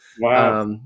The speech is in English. Wow